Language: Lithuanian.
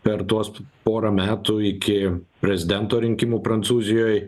per tuos porą metų iki prezidento rinkimų prancūzijoj